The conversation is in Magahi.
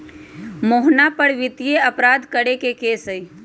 मोहना पर वित्तीय अपराध करे के केस हई